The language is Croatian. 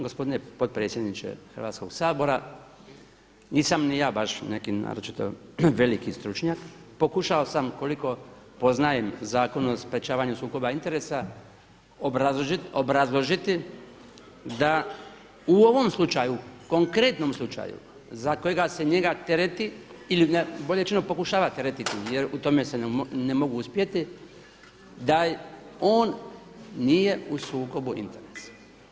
Gospodine potpredsjedniče Hrvatskog sabora nisam ni ja baš neki naročito veliki stručnjak, pokušao sam koliko poznajem Zakon o sprječavanju sukoba interesa obrazložiti da u ovom slučaju, konkretnom slučaju za kojega se njega tereti ili bolje rečeno pokušava teretiti jer u tome se ne mogu uspjeti, da on nije u sukobu interesa.